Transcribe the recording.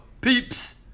Peeps